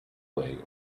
way